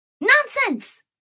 Nonsense